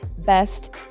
best